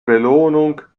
belohnung